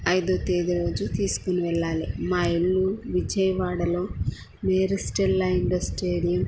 ఐదవ తేదీ రోజు తీసుకుని వెళ్ళాలి మా ఇల్లు విజయవాడలో మేరీ స్టెల్లా ఇండోర్ స్టేడియం